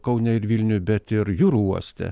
kaune ir vilniuj bet ir jūrų uoste